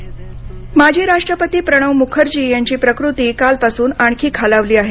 प्रणव म्खर्जी माजी राष्ट्रपती प्रणव मुखर्जी यांची प्रकृती कालपासून आणखी खालावली आहे